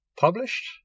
published